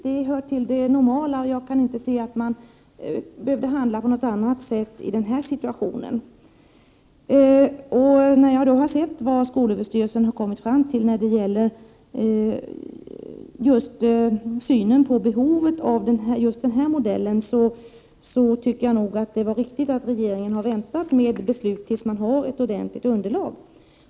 Jag kan inte se att regeringen skulle ha handlat på något annat sätt i denna situation. När jag har sett vad skolöverstyrelsen har kommit fram till när det gäller behovet av just denna modell, tycker jag att det är riktigt att regeringen väntar med beslut till dess man har ett ordentligt underlag.